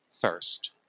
first